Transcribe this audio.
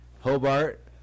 Hobart